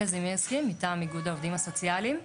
אני מטעם איגוד העובדים הסוציאליים.